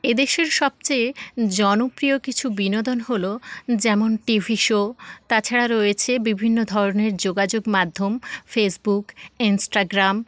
এদেশের সবচেয়ে জনপ্রিয় কিছু বিনোদন হলো যেমন টি ভি শো তাছাড়া রয়েছে বিভিন্ন ধরনের যোগাযোগ মাধ্যম ফেসবুক ইনস্টাগ্রাম